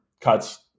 cuts